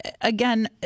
again